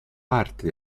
parte